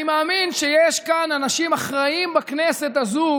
מאמין שיש כאן אנשים אחראיים בכנסת הזו